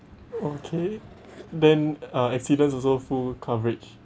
okay then uh accidents also full coverage